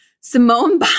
Simone